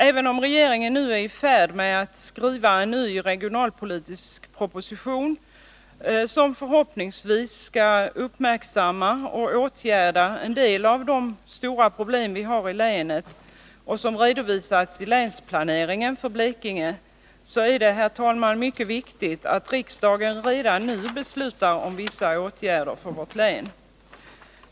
Även om regeringen nu är i färd med att skriva en ny regionalpolitisk proposition, som förhoppningsvis skall uppmärksamma och åtgärda en del av de stora problem vi har i länet och som redovisats i länsplaneringen för Blekinge, så är det, herr talman, mycket viktigt att riksdagen redan nu beslutar om vissa åtgärder för vårt län.